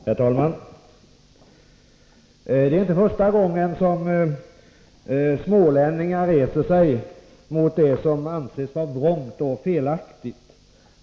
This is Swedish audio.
Herr talman! Det här är inte första gången som smålänningar reser sig mot det som anses vara vrångt och felaktigt.